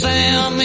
Sam